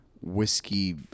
whiskey